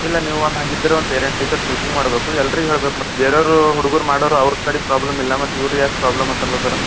ಇಲ್ಲ ನೀವು ಒಂದು ಹಂಗಿದ್ರೆ ಒಂದು ಪೇರೆಂಟ್ಸ್ ಟೀಚರ್ಸ್ ಮೀಟಿಂಗ್ ಮಾಡಬೇಕು ಎಲ್ರಿಗೆ ಹೇಳ್ಬೇಕು ಮತ್ತು ಬೇರೆಯವ್ರು ಹುಡ್ಗುರು ಮಾಡಾರ್ ಅವ್ರ ಕಡಿಂದ ಪ್ರಾಬ್ಲಮ್ ಇಲ್ಲ ಮತ್ತು ಇವ್ರು ಯಾಕೆ ಪ್ರಾಬ್ಲಮ್ ಅಂತ ಅನ್ಲತ್ತಾರ